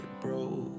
broke